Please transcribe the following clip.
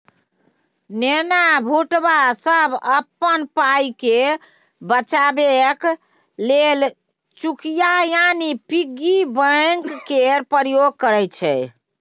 नेना भुटका सब अपन पाइकेँ बचेबाक लेल चुकिया यानी पिग्गी बैंक केर प्रयोग करय छै